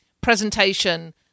presentation